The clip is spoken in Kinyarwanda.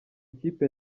ikipe